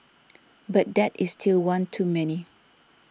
but that is still one too many